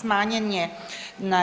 Smanjena